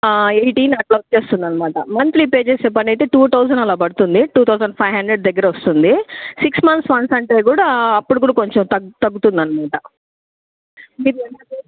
eighteen అట్లా వచ్చేస్తుంది అనమాట మంత్లీ పే చేసే పనైతే టూ థౌజండ్ అలా పడుతుంది టూ థౌజండ్ ఫైవ్ హండ్రెడ్ దగ్గర వస్తుంది సిక్స్ మంత్స్ వన్స్ అంటే కూడా అప్పుడు కూడా కొంచెం తగ్గు తగ్గుతుంది అనమాట